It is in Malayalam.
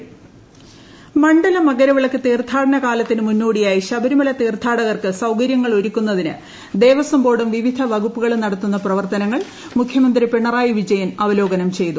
ശബരിമല മണ്ഡലമകരവിളക്ക് തീർത്ഥാടന്ട കാലത്തിന് മുന്നോടിയായി ശബരിമല തീർത്ഥാടകർക്ക് സൌകര്യങ്ങൾ ഒരുക്കുന്നതിന് ദേവസ്വം ബോർഡും വിവിധ വകുപ്പുകളും നട്ടുത്തുന്ന പ്രവർത്തനങ്ങൾ മുഖ്യമന്ത്രി പിണറായി വിജയൻ അവലോകനം ച്ചെയ്തു